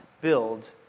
build